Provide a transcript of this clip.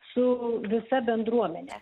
su visa bendruomene